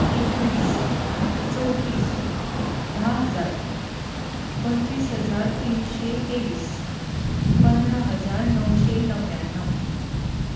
एकवीस चवतीस धा हजार पंचवीस हजार तिनशे तेवीस पंदरा हजार णवशें णव्याणव